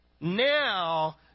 Now